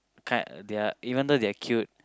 kind ya even thought they are cute